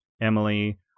Emily